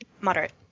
Moderate